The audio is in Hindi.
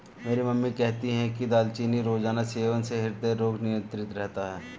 मेरी मम्मी कहती है कि दालचीनी रोजाना सेवन से हृदय रोग नियंत्रित रहता है